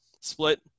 split